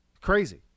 Crazy